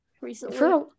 recently